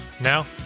Now